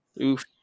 Oof